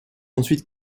ensuite